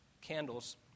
candles